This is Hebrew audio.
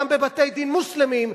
גם בבתי-דין מוסלמיים,